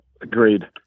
Agreed